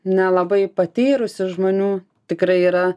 nelabai patyrusių žmonių tikrai yra